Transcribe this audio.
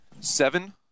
seven